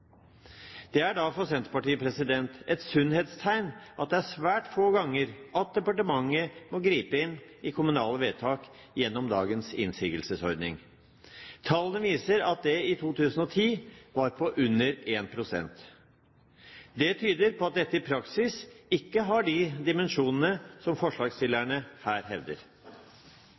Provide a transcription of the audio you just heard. Det er for Senterpartiet et sunnhetstegn at det er svært få ganger at departementet må gripe inn i kommunale vedtak gjennom dagens innsigelsesordning. Tallene viser at det i 2010 var på under 1 pst. Det tyder på at dette i praksis ikke har de dimensjonene som forslagsstillerne her hevder.